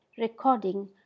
Recording